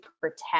protect